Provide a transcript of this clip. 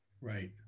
right